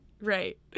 Right